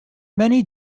many